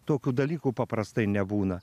tokių dalykų paprastai nebūna